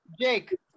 Jake